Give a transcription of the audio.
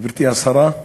גברתי השרה,